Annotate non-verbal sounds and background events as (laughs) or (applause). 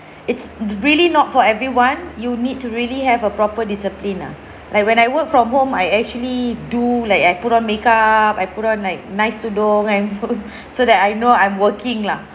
it's really not for everyone you need to really have a proper discipline nah like when I work from home I actually do like I put on make up I put on like nice tudung and (laughs) so that I know I'm working lah